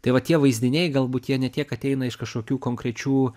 tai va tie vaizdiniai galbūt jie ne tiek ateina iš kažkokių konkrečių